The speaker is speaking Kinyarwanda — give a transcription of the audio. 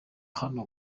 hano